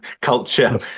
culture